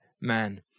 man